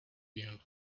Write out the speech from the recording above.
you